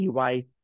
EY